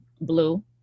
Blue